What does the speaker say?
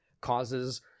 causes